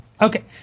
okay